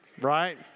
right